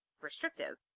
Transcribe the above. restrictive